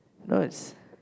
no it's